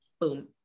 boom